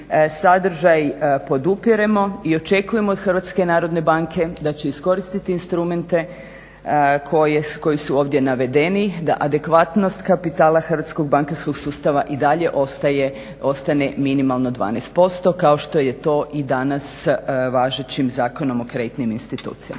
sadržaj podupiremo i očekujemo od HNB-a da će iskoristiti instrumente koji su ovdje navedeni da adekvatnost kapitala hrvatskog bankarskog sustava i dalje ostane minimalno 12% kao što je to i danas važećim Zakonom o kreditnim institucijama.